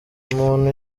umuntu